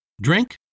Drink